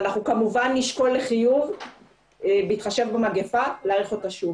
אנחנו כמובן נשקול לחיוב בהתחשב במגיפה להאריך אותה שוב.